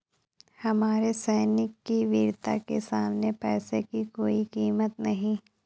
हमारे सैनिक की वीरता के सामने पैसे की कोई कीमत नही है